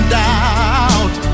doubt